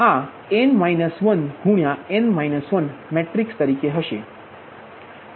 તેથી આ મેટ્રિક્સ તરીકે રહેશે